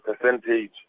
percentage